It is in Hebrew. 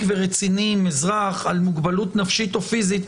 ורציני עם אזרח על מוגבלות נפשית או פיזית?